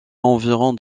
environ